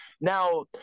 Now